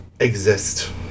Exist